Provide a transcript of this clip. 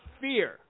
fear